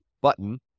button